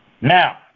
Now